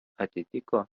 atitiko